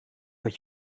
dat